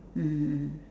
mmhmm mm